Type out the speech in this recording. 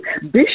Bishop